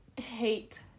hate